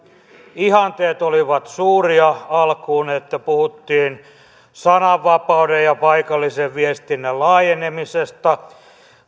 ihanteet olivat suuria alkuun että puhuttiin sananvapauden ja paikallisen viestinnän laajenemisesta